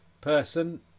person